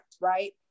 right